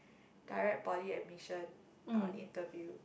direct poly admission uh interview